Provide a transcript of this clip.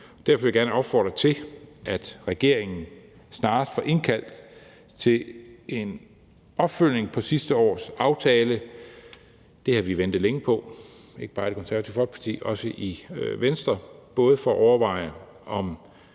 Derfor vil jeg gerne opfordre til, at regeringen snarest får indkaldt til en opfølgning på sidste års aftale. Det har vi ventet længe på, ikke bare i Det Konservative Folkeparti, men også i Venstre, både for at overveje, om